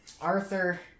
arthur